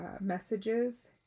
messages